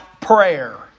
prayer